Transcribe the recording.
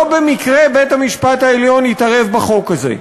לא במקרה בית-המשפט העליון התערב בחוק הזה.